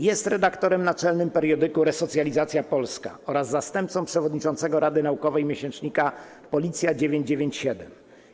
Jest redaktorem naczelnym periodyku „Resocjalizacja Polska” oraz zastępcą przewodniczącego rady naukowej miesięcznika „Policja 997”